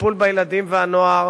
הטיפול בילדים ובנוער